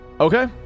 Okay